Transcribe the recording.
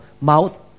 mouth